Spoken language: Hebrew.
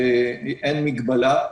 אין מגבלה.